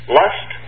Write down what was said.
lust